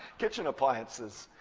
kitchen appliances.